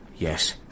Yes